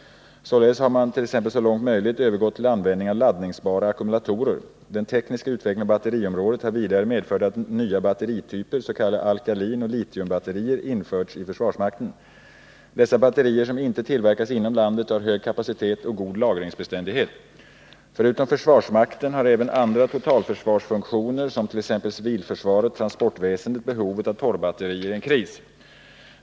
Således har man t, ex. så långt möjligt övergått till användning av laddningsbara ackumulatorer. Den tekniska utvecklingen på batteriområdet har vidare medfört att nya batterityper, s.k. Alkalineoch Litiumbatterier, införts i försvarsmakten. Dessa batterier, som inte tillverkas inom landet, har hög kapacitet och god lagringsbeständighet. Förutom försvarsmakten har även andra totalförsvarsfunktioner, som t.ex. civilförsvaret och transportväsendet, behov av torrbatterier i en kris.